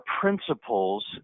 principles